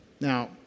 Now